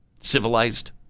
Civilized